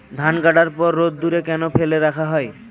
ধান কাটার পর রোদ্দুরে কেন ফেলে রাখা হয়?